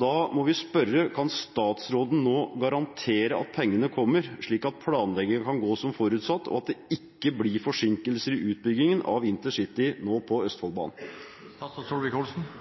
Da må vi spørre: Kan statsråden garantere at pengene kommer, slik at planleggingen kan gå som forutsatt, og at det ikke blir forsinkelser i utbyggingen av intercity på Østfoldbanen?